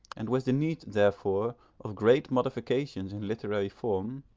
and with the need therefore of great modifications in literary form,